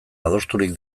adosturik